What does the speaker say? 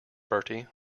bertie